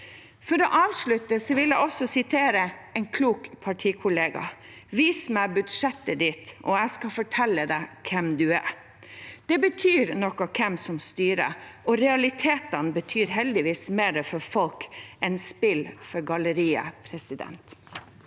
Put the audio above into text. For å avslutte vil jeg også sitere en klok partikollega: «Vis meg budsjettet ditt, og jeg skal fortelle deg hvem du er.» Det betyr noe hvem som styrer, og realitetene betyr heldigvis mer for folk enn spill for galleriet gjør.